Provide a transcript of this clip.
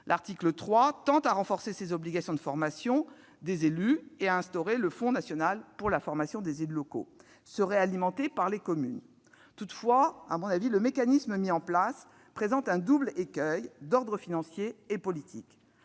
L'article 3 tend à renforcer ces obligations de formation et à instituer un fonds national pour la formation des élus locaux, qui serait alimenté par les communes. Toutefois, le mécanisme mis en place présente un double écueil d'ordre financier et politique